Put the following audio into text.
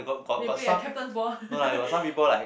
then you play a captains ball